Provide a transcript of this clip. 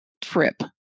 trip